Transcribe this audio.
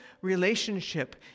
relationship